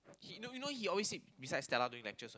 he you know you know he everytime sit beside Stella during lectures